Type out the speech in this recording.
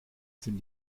sind